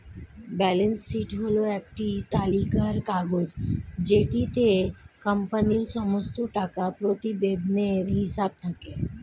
balance sheet হল একটি তালিকার কাগজ যেটিতে কোম্পানির সমস্ত টাকা প্রতিবেদনের হিসেব থাকে